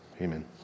amen